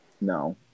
no